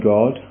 God